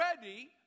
ready